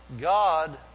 God